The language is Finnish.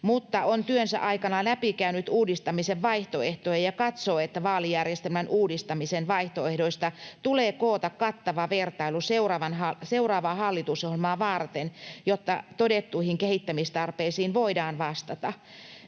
mutta on työnsä aikana läpikäynyt uudistamisen vaihtoehtoja ja katsoo, että vaalijärjestelmän uudistamisen vaihtoehdoista tulee koota kattava vertailu seuraavaa hallitusohjelmaa varten, jotta todettuihin kehittämistarpeisiin voidaan vastata.